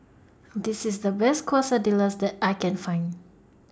This IS The Best Quesadillas that I Can Find